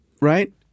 right